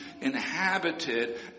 inhabited